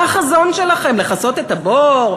מה החזון שלכם, לכסות את הבור?